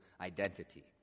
identity